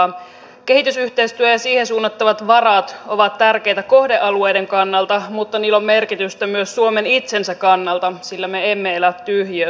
kehitysyhteistyö ja siihen suunnattavat varat ovat tärkeitä kohdealueiden kannalta mutta niillä on merkitystä myös suomen itsensä kannalta sillä me emme elä tyhjiössä